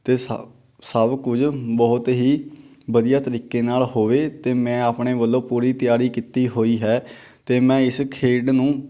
ਅਤੇ ਸ ਸਭ ਕੁਝ ਬਹੁਤ ਹੀ ਵਧੀਆ ਤਰੀਕੇ ਨਾਲ ਹੋਵੇ ਅਤੇ ਮੈਂ ਆਪਣੇ ਵੱਲੋਂ ਪੂਰੀ ਤਿਆਰੀ ਕੀਤੀ ਹੋਈ ਹੈ ਅਤੇ ਮੈਂ ਇਸ ਖੇਡ ਨੂੰ